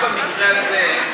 גם במקרה הזה,